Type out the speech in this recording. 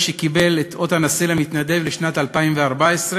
שקיבל את אות הנשיא למתנדב לשנת 2014,